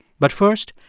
but first,